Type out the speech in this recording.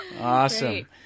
Awesome